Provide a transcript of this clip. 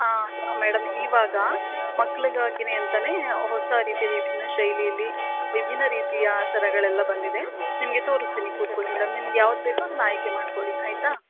ಹಾಂ ಮೇಡಮ್ ಈವಾಗ ಮಕ್ಕಳಿಗಾಗಿನೆ ಅಂತನೇ ಹೊಸ ರೀತಿ ವಿಭಿನ್ನ ಶೈಲೀಲಿ ವಿಭಿನ್ನ ರೀತಿಯ ಸರಗಳೆಲ್ಲ ಬಂದಿದೆ ನಿಮಗೆ ತೋರಿಸ್ತೀನಿ ಕೂತುಕೊಳ್ಳಿ ಮೇಡಮ್ ನಿಮ್ಗೆ ಯಾವ್ದು ಬೇಕೋ ಅದ್ನ ಆಯ್ಕೆ ಮಾಡಿಕೊಳ್ಳಿ ಆಯಿತಾ